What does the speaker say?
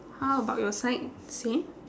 how about your side same